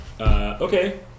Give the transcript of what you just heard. Okay